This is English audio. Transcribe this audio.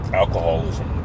alcoholism